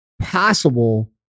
possible